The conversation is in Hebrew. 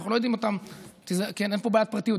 אין פה בעיית פרטיות,